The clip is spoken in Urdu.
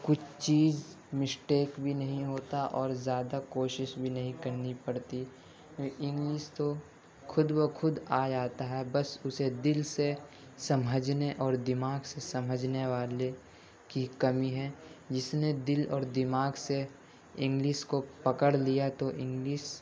کچھ چیز مسٹیک بھی نہیں ہوتا اور زیادہ کوشش بھی نہیں کرنی پڑتی انگلش تو خود بخود آ جاتا ہے بس اسے دل سے سمجھنے اور دماغ سے سمجھنے والے کی کمی ہے جس نے دل اور دماغ سے انگلش کو پکڑ لیا تو انگلش